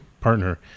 partner